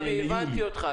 אבי, הבנתי אותך.